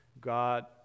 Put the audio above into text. God